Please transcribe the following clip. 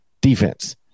defense